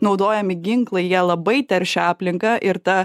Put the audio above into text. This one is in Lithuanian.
naudojami ginklai jie labai teršia aplinką ir ta